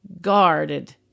guarded